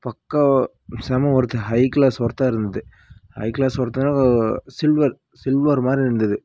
பக்கா செம்மை ஒர்த்துங்க ஹை க்ளாஸ் ஒர்த்தாக இருந்தது ஹை க்ளாஸ் ஒர்த்துனா சில்வர் சில்வர் மாதிரி இருந்தது